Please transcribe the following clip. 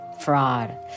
fraud